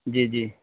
جی جی